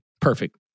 Perfect